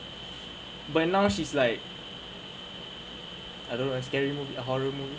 by now she's like I don't know scary movie or horror movie